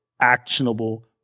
actionable